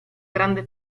grande